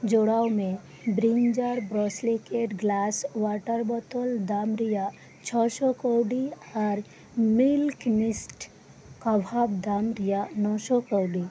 ᱡᱚᱲᱟᱣ ᱢᱮ ᱵᱨᱤᱧᱡᱟᱨ ᱵᱨᱚᱥᱤᱞᱤᱠᱮᱴ ᱜᱞᱟᱥ ᱚᱣᱟᱴᱟᱨ ᱵᱚᱛᱚᱞ ᱫᱟᱢ ᱨᱮᱭᱟᱜ ᱪᱷᱚ ᱥᱚ ᱠᱟᱹᱣᱰᱤ ᱟᱨ ᱢᱤᱞᱠᱤ ᱢᱤᱥᱴ ᱠᱚᱵᱷᱟ ᱫᱟᱢ ᱨᱮᱭᱟᱜ ᱱᱚ ᱥᱚ ᱠᱟᱹᱣᱰᱤ